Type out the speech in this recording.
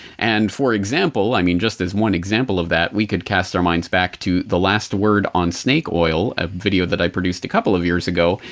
and for example, i mean, just as one example of that we could cast our minds back to the last word on snake oil, a video that i produced a couple of years ago,